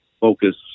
focus